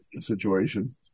situation